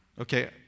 Okay